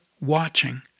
watching